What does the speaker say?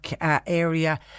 area